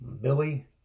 Billy